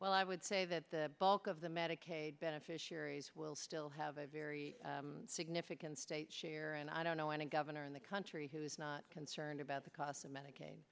well i would say that the bulk of the medicaid beneficiaries will still have a very significant state share and i don't know any governor in the country who is not concerned about the cost of medicaid